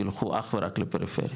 ילכו אך ורק לפריפריה,